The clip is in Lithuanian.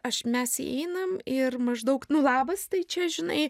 aš mes įeinam ir maždaug nu labas tai čia žinai